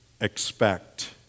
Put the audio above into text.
expect